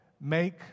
make